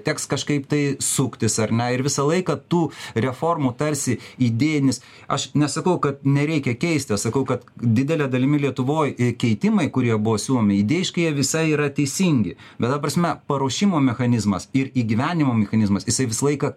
teks kažkaip tai suktis ar ne ir visą laiką tų reformų tarsi idėjinis aš nesakau kad nereikia keisti aš sakau kad didele dalimi lietuvoj keitimai kurie buvo siūlomi idėjiškai jie visai yra teisingi bet ta prasme paruošimo mechanizmas ir įgyvendinimo mechanizmas jisai visą laiką